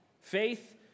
Faith